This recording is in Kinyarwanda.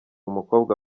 umukobwa